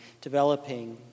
developing